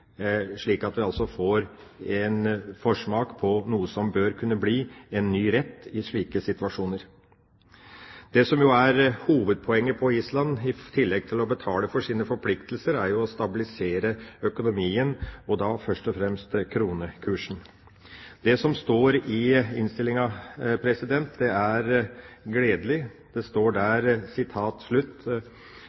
Vi får altså en forsmak på noe som bør kunne bli en ny rett i slike situasjoner. Det som jo er hovedpoenget for Island, i tillegg til at de skal betale for sine forpliktelser, er jo å stabilisere økonomien, da først og fremst kronekursen. Det som står i innstillinga, er gledelig. Det står der,